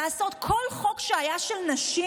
לעשות כל חוק שהיה של נשים.